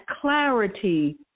clarity